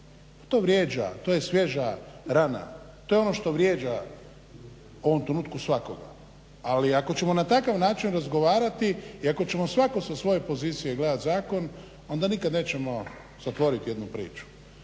To vrijeđa, to je svježa rana. To je ono što vrijeđa u ovom trenutku svakoga. Ali ako ćemo na takav način razgovarati i ako ćemo svatko sa svoje pozicije gledati zakon onda nikad nećemo zatvoriti jednu priču.